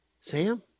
sam